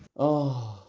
oh,